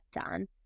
done